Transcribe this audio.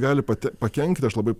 gali pate pakenkti aš labai